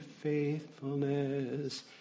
faithfulness